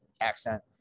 Accent